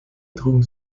trugen